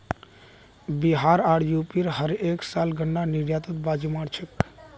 बिहार आर यू.पी हर साल गन्नार निर्यातत बाजी मार छेक